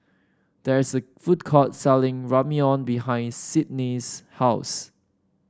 there is a food court selling Ramyeon behind Sydnee's house